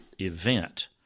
event